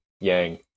Yang